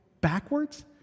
backwards